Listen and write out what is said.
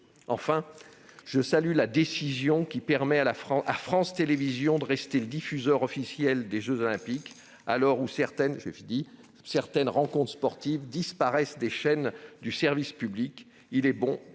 Enfin, je salue la décision de conserver France Télévisions comme diffuseur officiel des jeux Olympiques. À l'heure où certaines rencontres sportives disparaissent des chaînes du service public, il est bon